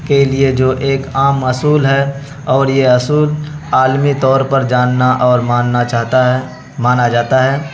کے لیے جو ایک عام اصول ہے اور یہ اصول عالمی طور پر جاننا اور ماننا چاہتا ہے مانا جاتا ہے